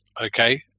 okay